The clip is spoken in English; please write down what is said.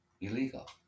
illegal